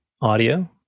audio